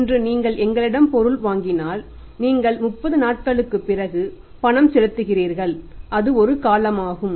இன்று நீங்கள் எங்களிடம் பொருள் வாங்கினால் நீங்கள் 30 நாட்களுக்குப் பிறகு பணம் செலுத்துகிறீர்கள் அது ஒரு காலமாகும்